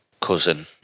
Cousin